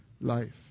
life